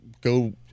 go